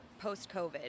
post-COVID